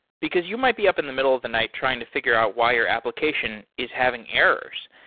because you might be up in the middle of the night trying to figure out why your application is having errors,